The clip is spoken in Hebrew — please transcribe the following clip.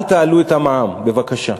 אל תעלו את המע"מ, בבקשה.